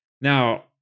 Now